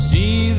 See